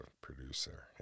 producer